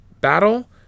battle